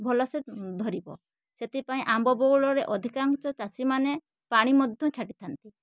ଭଲସେ ଧରିବ ସେଥିପାଇଁ ଆମ୍ବ ବଉଳରେ ଅଧିକାଂଶ ଚାଷୀମାନେ ପାଣି ମଧ୍ୟ ଛାଟିଥାନ୍ତି